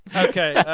ok.